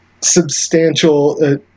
substantial –